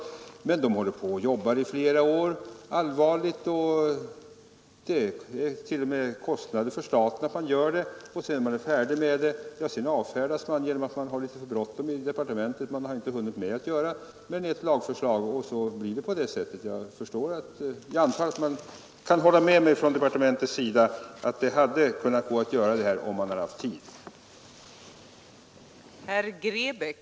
Dessa utredningar håller på och jobbar allvarligt i flera år, och det medför kostnader för staten. Men när utredningarna är klara avfärdas de i departementet bara därför att man inte hinner med att göra mer än ett lagförslag, och så blir det på det här sättet. Jag antar att man från departementets sida kan hålla med mig om att det hade varit möjligt att göra detta bara man hade haft tid och vilja.